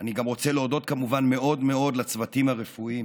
אני רוצה להודות כמובן מאוד מאוד לצוותים הרפואיים.